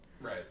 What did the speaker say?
right